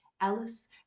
Alice